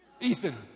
Ethan